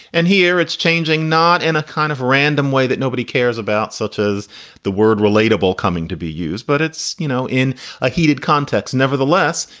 and here it's changing, not in a kind of random way that nobody cares about, such as the word relatable coming to be used. but it's, you know, in a heated context. nevertheless,